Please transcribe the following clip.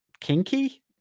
Kinky